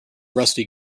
rusty